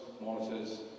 monitors